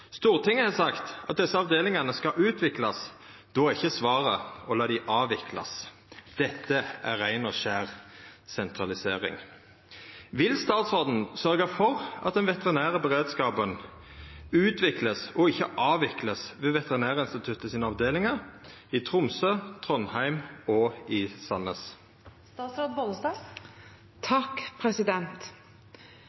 Stortinget har sagt at desse avdelingane skal utviklast. Då er ikkje svaret å la dei verta avvikla. Dette er rein og skir sentralisering. Vil statsråden sørgja for at den veterinære beredskapen vert utvikla og ikkje avvikla ved Veterinærinstituttets avdelingar i Tromsø, Trondheim og